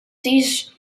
these